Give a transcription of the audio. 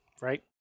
right